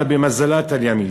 אלא במזלא תליא מילתא".